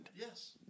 Yes